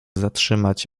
zatrzymać